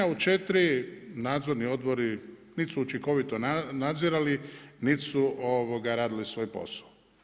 U 4 nadzorni odbori niti su učinkovito nadzirali, niti su radili svoj posao.